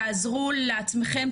תעזרו לעצמכם,